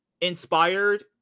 Inspired